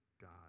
God